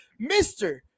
Mr